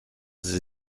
sie